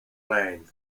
lane